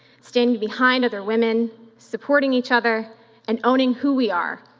standing behind other women, supporting each other and owning who we are,